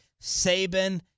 Saban